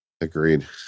Agreed